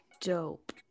dope